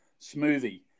smoothie